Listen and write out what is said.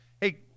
hey